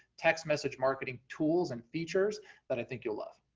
text message marketing tools and features that i think you'll love.